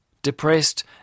Depressed